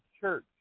church